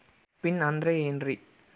Pin ಅಂದ್ರೆ ಏನ್ರಿ?